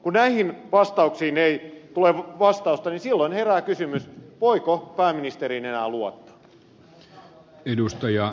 kun näihin ei tule vastausta niin silloin herää kysymys voiko pääministeriin enää luottaa